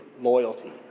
loyalty